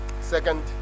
Second